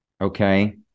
okay